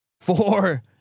four